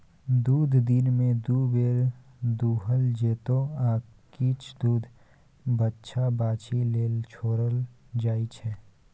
दुध दिनमे दु बेर दुहल जेतै आ किछ दुध बछ्छा बाछी लेल छोरल जाइ छै